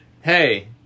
Hey